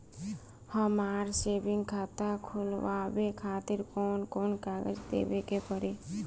हमार सेविंग खाता खोलवावे खातिर कौन कौन कागज देवे के पड़ी?